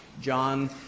John